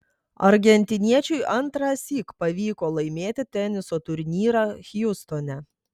argentiniečiui antrąsyk pavyko laimėti teniso turnyrą hjustone